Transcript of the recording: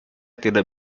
tidak